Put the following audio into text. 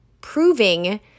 proving